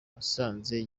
wasanze